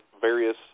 various